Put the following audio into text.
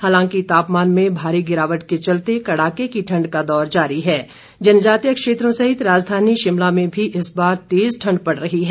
हालांकि तापमान में भारी गिरावट के चलते कड़ाके की ठंड का दौर जारी है और जनजातीय क्षेत्रों सहित राजधानी शिमला में भी इस बार तेज ठंड पड़ रही है